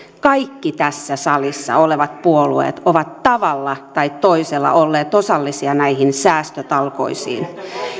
kaikki tässä salissa olevat puolueet ovat tavalla tai toisella olleet osallisia näihin säästötalkoisiin